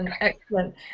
Excellent